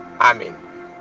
amen